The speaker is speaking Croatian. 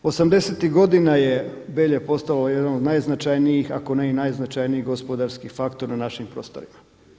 Osamdesetih godina je Belje postalo jedan od najznačajnijih, ako ne i najznačajniji gospodarski faktor na našim prostorima.